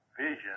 vision